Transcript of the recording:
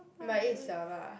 but I eat 小辣